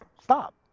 stop